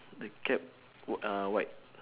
the cap w~ uh white